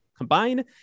combine